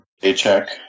paycheck